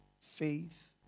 Faith